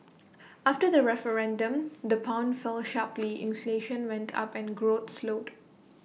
after the referendum the pound fell sharply inflation went up and growth slowed